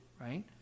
right